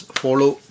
follow